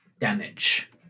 damage